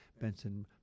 Benson